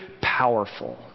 powerful